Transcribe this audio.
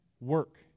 work